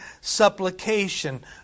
supplication